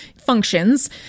functions